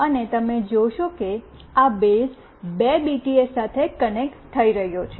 અને તમે જોશો કે આ બેઝ બે બીટીએસ સાથે કનેક્ટ થઈ રહ્યો છે